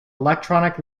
electronic